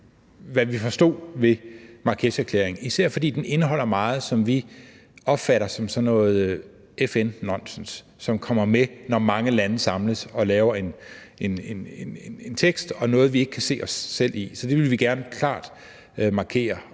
hvad vi forstod ved Marrakesherklæringen, især fordi den indeholder meget, som vi opfatter som sådan noget FN-nonsens, som kommer med, når mange lande samles og laver en tekst, og som noget, vi ikke kan se os selv i. Så det ville vi gerne klart markere.